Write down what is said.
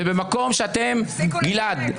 גלעד,